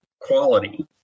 quality